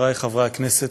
חברי חברי הכנסת,